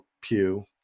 pew